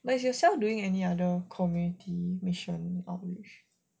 but is michelle doing any other community mission operation